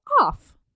off